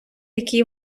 який